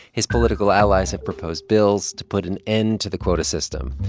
his political allies have proposed bills to put an end to the quota system.